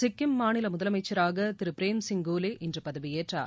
சிக்கிம் மாநில முதலமைச்சராக திரு பிரேம்சிங் கோலே இன்று பதவியேற்றார்